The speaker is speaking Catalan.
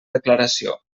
declaració